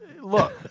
look